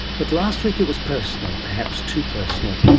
but last week it was personal, perhaps too personal.